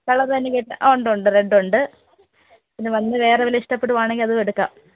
colour തന്നെ കിട്ടാൻ ആ ഉണ്ട് ഉണ്ട് റെഡ് ഉണ്ട് പിന്നെ വന്ന് വേറെ വല്ലതും ഇഷ്ടപ്പെടുകയാണെങ്കിൽ അതും എടുക്കാം